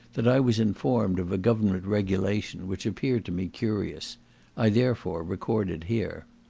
that i was informed of a government regulation, which appeared to me curious i therefore record it here.